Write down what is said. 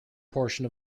portion